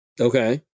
Okay